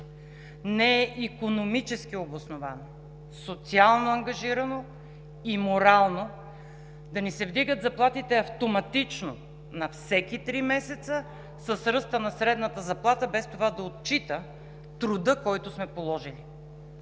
не е икономически обосновано, социално ангажирано и морално да ни се вдигат заплатите автоматично на всеки три месеца с ръста на средната заплата, без това да отчита труда, който сме положили.